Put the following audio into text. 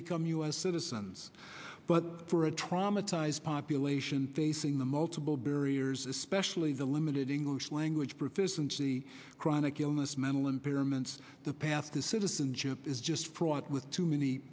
become u s citizens but for a traumatized population facing the multiple barriers especially the limited english language proficiency chronic illness mental impairments the path to citizenship is just fraught with too many